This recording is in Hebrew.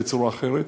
בצורה אחרת.